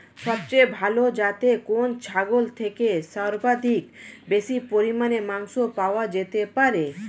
সবচেয়ে ভালো যাতে কোন ছাগল থেকে সর্বাধিক বেশি পরিমাণে মাংস পাওয়া যেতে পারে?